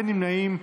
אין נמנעים.